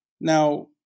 Now